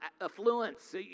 affluence